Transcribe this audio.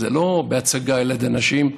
לא בהצגה ליד אנשים,